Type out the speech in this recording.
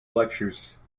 lectures